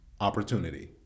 opportunity